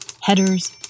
headers